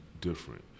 different